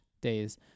days